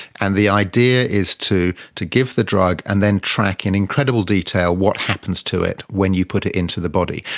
and the idea is to to give the drug and then track in incredible detail what happens to it when you put it into the body.